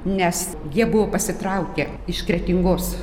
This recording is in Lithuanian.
nes jie buvo pasitraukę iš kretingos